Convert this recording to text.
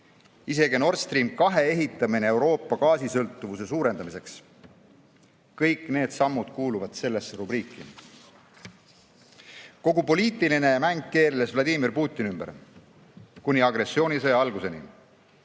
isegi Nord Stream 2 ehitamine Euroopa gaasisõltuvuse suurendamiseks – kõik need sammud kuuluvad sellesse rubriiki. Kogu poliitiline mäng keerles Vladimir Putini ümber kuni agressioonisõja alguseni.